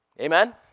Amen